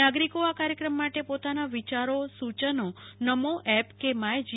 નાગરિકો આ કાર્યક્રમ માટે પોતાના વિચારો સૂ યનો નમો એપકે માય જી